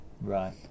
Right